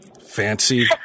fancy